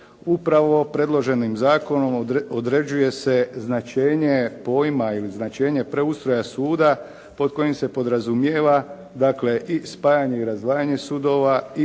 Upravo predloženim zakonom određuje se značenje pojma ili značenje preustroja suda pod kojim se podrazumijeva, dakle i spajanje i razdvajanje sudova